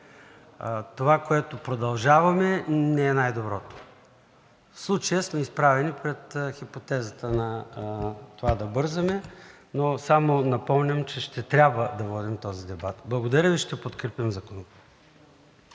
Това, което продължаваме, не е най-доброто. В случая сме изправени пред хипотезата на това да бързаме. Но само напомням, че ще трябва да водим този дебат. Благодаря Ви. Ще подкрепим Законопроекта.